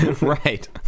right